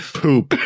poop